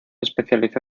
especializó